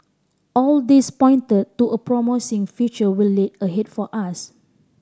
all this pointed to a promising future lay ahead for us